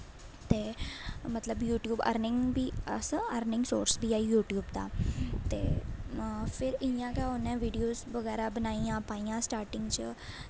ते मतलब YouTube earning बी अस अर्निंग सोर्स बी ऐ यूट्यूब दा ते फिर इ'यां गै उन्नै वीडियोज बगैरा बनाइयां पाइयां स्टार्टिंग च